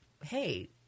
hey